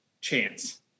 chance